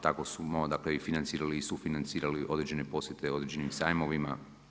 Tako smo dakle i financirali i sufinancirali određene posjete određenim sajmovima.